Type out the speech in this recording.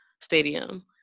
stadium